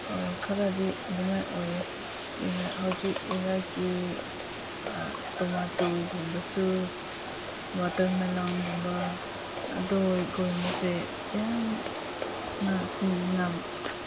ꯈꯔꯗꯤ ꯑꯗꯨꯃꯥꯏ ꯑꯣꯏꯌꯦ ꯑꯩꯍꯥꯛ ꯍꯧꯖꯤꯛ ꯑꯩꯍꯥꯛꯀꯤ ꯇꯣꯃꯥꯇꯣꯒꯨꯝꯕꯁꯨ ꯋꯥꯇꯔꯃꯦꯂꯣꯟꯒꯨꯝꯕ ꯑꯗꯨꯒꯨꯝꯕꯁꯦ ꯌꯥꯝꯅ